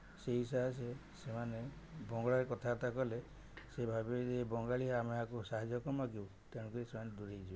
ସେହି ହିସାବରେ ସେମାନେ ବଙ୍ଗଳାରେ କଥାବାର୍ତ୍ତା ସେ ଭାବିବେ ଯେ ସେ ବଙ୍ଗାଳୀ ଆକୁ ଆମେ ସାହାଯ୍ୟ କ'ଣ ମାଗିବୁ ତେଣୁକରି ସେମାନେ ଦୂରେଇ ଯିବେ